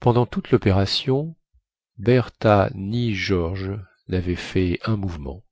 pendant toute lopération bertha ni george navaient fait un mouvement